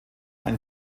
ein